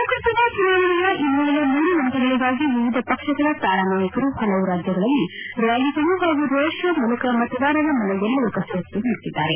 ಲೋಕಸಭಾ ಚುನಾವಣೆಯ ಇನ್ನುಳಿದ ಮೂರು ಹಂತಗಳಿಗಾಗಿ ವಿವಿಧ ಪಕ್ಷಗಳ ತಾರಾ ನಾಯಕರು ಪಲವು ರಾಜ್ಯಗಳಲ್ಲಿ ರ್ನಾಲಿಗಳು ಹಾಗೂ ರೋಡ್ ಶೋ ಮೂಲಕ ಮತದಾರರ ಮನಗೆಲ್ಲುವ ಕಸರತ್ತು ನಡೆಸಿದ್ದಾರೆ